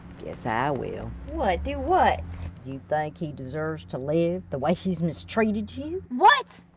guess i will. what, do what? you think he deserves to live the way he's mistreated you? what!